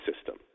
system